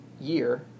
year